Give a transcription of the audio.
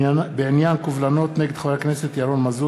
בעניין קובלנות נגד חבר הכנסת ירון מזוז,